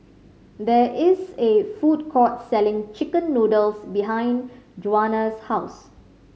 there is a food court selling chicken noodles behind Juana's house